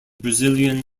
brazilian